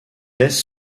laisse